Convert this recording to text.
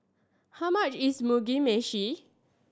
how much is Mugi Meshi